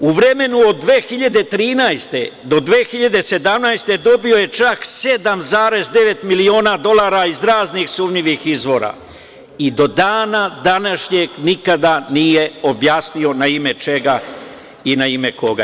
U vremenu od 2013. do 2017. godine dobio je čak 7,9 miliona dolara iz raznih sumnjivih izvora i do dana današnjeg nikada nije objasnio na ime čega i na ime koga.